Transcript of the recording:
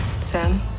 Sam